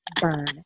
burn